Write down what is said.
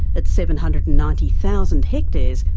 at seven hundred and ninety thousand hectares,